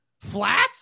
Flat